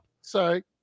sorry